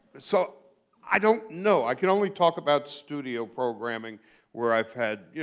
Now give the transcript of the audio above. so i don't know. i can only talk about studio programming where i've had yeah